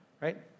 right